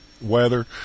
weather